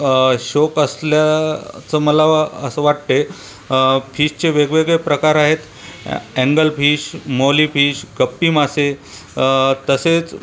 शौक असल्या चं मला असं वाटतंय फिशचे वेगवेगळे प्रकार आहेत ऍ अँगलफिश मौली फिश गप्पी मासे तसेच